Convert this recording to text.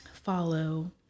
follow